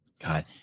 God